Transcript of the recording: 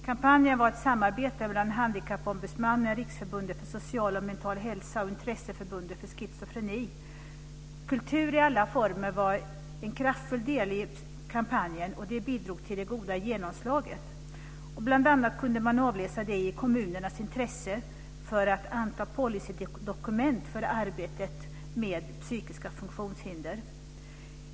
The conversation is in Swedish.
Kampanjen var ett samarbete mellan Handikappombudsmannen, Kultur i alla former var en kraftfull del i kampanjen, vilket bidrog det goda genomslaget. Bl.a. kunde man avläsa detta i kommunernas intresse för att anta policydokument för arbetet med personer med psykiska funktionshinder.